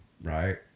right